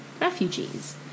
refugees